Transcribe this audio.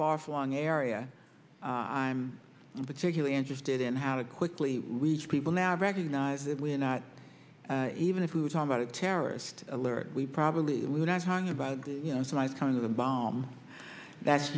far flung area i'm not particularly interested in how to quickly reach people now recognise it we're not even if we were talking about a terrorist alert we probably we're not talking about you know so i've kind of the bomb that's